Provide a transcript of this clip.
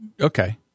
Okay